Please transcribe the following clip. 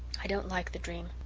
i don't like the dream.